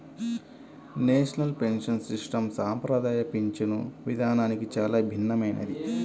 national pension system సంప్రదాయ పింఛను విధానానికి చాలా భిన్నమైనది